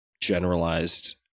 generalized